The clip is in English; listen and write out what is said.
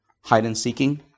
hide-and-seeking